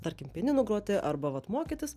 tarkim pianinu groti arba vat mokytis